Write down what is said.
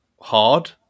hard